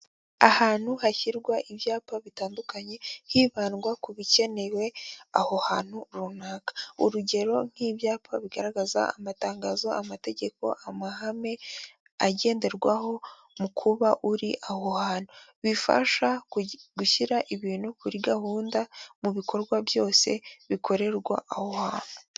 Ahantu hashyirwa ibyapa bitandukanye hibandwa ku bikenewe aho hantu runaka, urugero nk'ibyapa bigaragaza amatangazo, amategeko, amahame agenderwaho mu kuba uri aho hantu, bifasha gushyira ibintu kuri gahunda, mu bikorwa byose bikorerwa aho hantu.